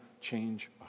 change